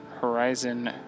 Horizon